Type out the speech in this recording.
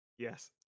Yes